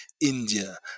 India